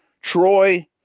Troy